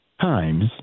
times